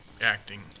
acting